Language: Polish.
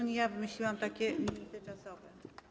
Nie ja wymyśliłam takie limity czasowe.